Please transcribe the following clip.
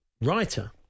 writer